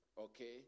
okay